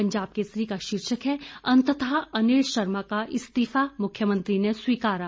पंजाब केसरी का शीर्षक है अंततः अनिल शर्मा का इस्तीफा मुख्यमंत्री ने स्वीकारा